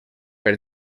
per